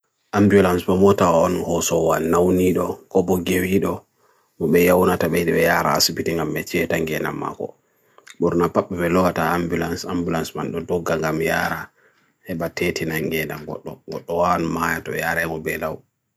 Ambulance pw mwota on hoso wan naunido, kobo gewido, wubia unata mehdi weyara asipi tingam metye tangi enam mwako. Burna papi belohata Ambulance, Ambulance mando doga gam yara, heba tete nangi enam, wwot dohaan mayat weyare wubelaw.